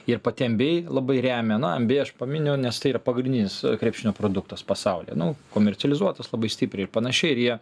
ir pati nba labai remia na nba aš paminiu nes tai yra pagrindinis krepšinio produktas pasauly nu komercializuotas labai stipriai ir panašiai ir jie